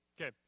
Okay